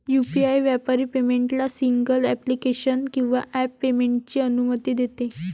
UPI व्यापारी पेमेंटला single application किंवा ॲप पेमेंटची अनुमती देते